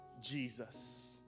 Jesus